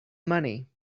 money